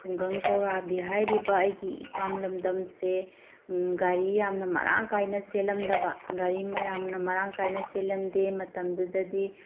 ꯈꯨꯡꯒꯪ ꯄꯧꯔꯥꯕꯤ ꯍꯥꯏꯔꯤꯕ ꯑꯩꯒꯤ ꯏꯄꯥꯝ ꯂꯝꯗꯝꯁꯦ ꯒꯥꯔꯤ ꯌꯥꯝꯅ ꯃꯔꯥꯡ ꯀꯥꯏꯅ ꯆꯦꯜꯂꯝꯗꯕ ꯒꯥꯔꯤ ꯃꯌꯥꯝꯅ ꯃꯔꯥꯡ ꯀꯥꯏꯅ ꯆꯦꯜꯂꯝꯗꯦ ꯃꯇꯝꯗꯨꯗꯗꯤ